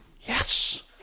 Yes